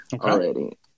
already